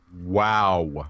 Wow